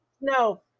no